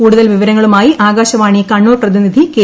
കൂടുതൽ വിവരങ്ങളുമായി ആകാശവാണി കണ്ണൂർ പ്രതിനിധി കെ